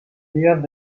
días